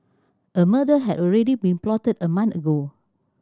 a murder had already been plotted a month ago